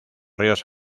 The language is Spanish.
ríos